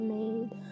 made